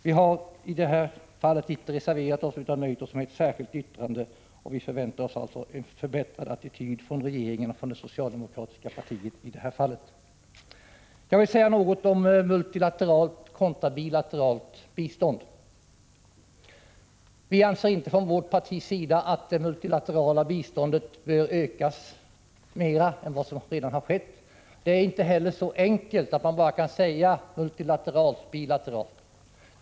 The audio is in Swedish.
Vi har i detta fall inte reserverat oss utan nöjt oss med ett särskilt yttrande, och vi väntar oss alltså en förbättrad attityd från regeringen och det socialdeomkratiska partiet härvidlag. Jag vill också säga något om multilateralt kontra bilateralt bistånd. Vi anser inte från vårt parti att det multilaterala biståndet bör ökas mer än vad som redan har skett. Det är inte heller så enkelt att man bara kan tala om multilateralt resp. bilateralt bistånd.